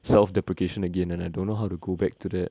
self deprecation again and I don't know how to go back to that